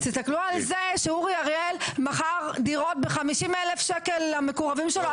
תסתכלו על זה שאורי אריאל מכר דירות ב-50,000 שקל למקורבים שלו,